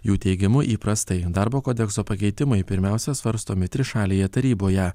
jų teigimu įprastai darbo kodekso pakeitimai pirmiausia svarstomi trišalėje taryboje